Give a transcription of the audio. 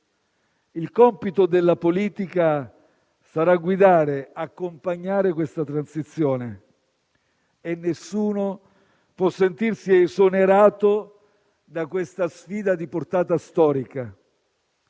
Il compito della politica sarà guidare, accompagnare questa transizione e nessuno può sentirsi esonerato da questa sfida di portata storica.